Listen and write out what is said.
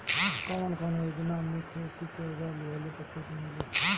कवन कवन योजना मै खेती के औजार लिहले पर छुट मिली?